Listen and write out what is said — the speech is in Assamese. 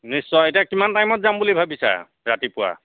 নিশ্চয় এতিয়া কিমান টাইমত যাম বুলি ভাবিছা ৰাতিপুৱা